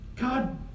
God